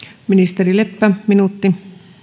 ministeri leppä minuutti